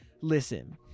Listen